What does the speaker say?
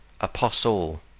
apostle